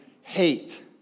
hate